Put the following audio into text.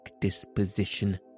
disposition